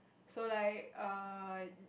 so like err